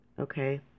Okay